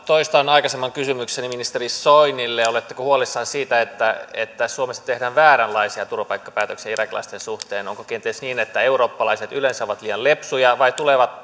toistan aikaisemman kysymykseni ministeri soinille oletteko huolissanne siitä että että suomessa tehdään vääränlaisia turvapaikkapäätöksiä irakilaisten suhteen onko kenties niin että eurooppalaiset yleensä ovat liian lepsuja vai